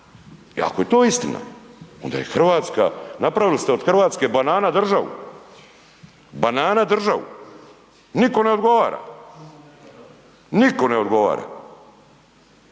ako je to istina onda je RH, napravili ste od RH banana državu, banana državu, niko ne odgovara, niko ne odgovara,